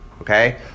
Okay